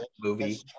Movie